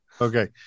Okay